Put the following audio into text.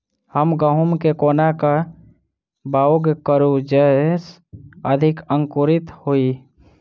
हम गहूम केँ कोना कऽ बाउग करू जयस अधिक अंकुरित होइ?